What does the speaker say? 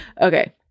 Okay